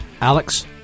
Alex